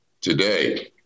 today